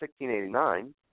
1689